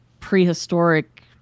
Prehistoric